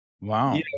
wow